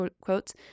quotes